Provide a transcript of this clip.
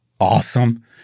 awesome